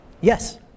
Yes